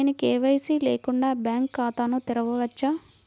నేను కే.వై.సి లేకుండా బ్యాంక్ ఖాతాను తెరవవచ్చా?